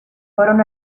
fueron